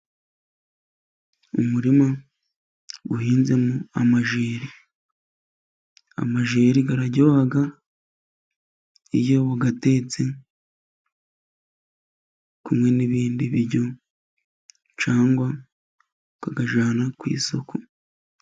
Umurima uhinzemo amajeri, amajeri araryoha iyo wayatetse kimwe n'ibindi biryo cyangwa ukayajyana ku isoko.